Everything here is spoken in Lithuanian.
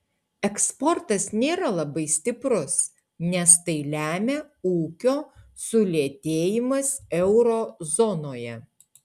eksportas nėra labai stiprus nes tai lemia ūkio sulėtėjimas euro zonoje